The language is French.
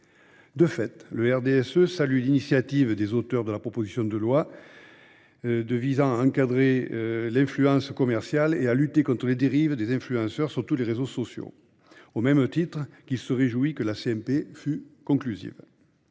De fait, le RDSE salue l'initiative des auteurs de la proposition de loi visant à encadrer l'influence commerciale et à lutter contre les dérives des influenceurs sur tous les réseaux sociaux, au même titre qu'il se réjouit que la CMP fût conclusive.